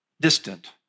distant